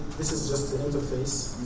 this is just the interface.